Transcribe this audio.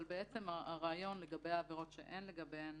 אבל הרעיון לגבי העבירות שאין לגביהן